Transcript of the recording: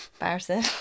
Embarrassing